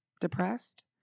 depressed